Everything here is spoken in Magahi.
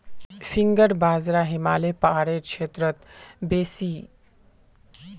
फिंगर बाजरा हिमालय पहाड़ेर क्षेत्रत बेसी बढ़िया हछेक